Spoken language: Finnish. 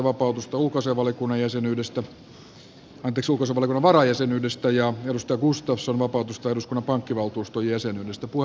toimielinpaikkojen järjestelyä varten pyytävät vapautusta ulkoasiainvaliokunnan varajäsenyydestä miapetra kumpula natri ja eduskunnan pankkivaltuuston jäsenyydestä jukka gustafsson